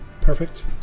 perfect